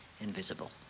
invisible